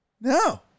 No